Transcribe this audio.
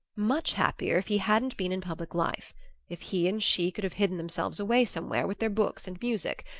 much happier, if he hadn't been in public life if he and she could have hidden themselves away somewhere, with their books and music,